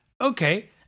Okay